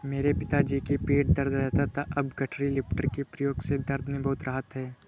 मेरे पिताजी की पीठ दर्द रहता था अब गठरी लिफ्टर के प्रयोग से दर्द में बहुत राहत हैं